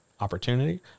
opportunity